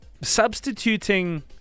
Substituting